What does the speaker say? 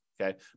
Okay